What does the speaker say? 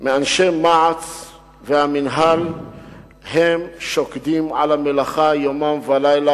ששמענו סקירה ממפקד המחוז הצפוני של המשטרה מר שמעון קורן,